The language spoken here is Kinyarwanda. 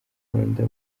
rwanda